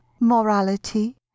morality